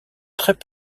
très